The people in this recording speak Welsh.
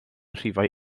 rhifau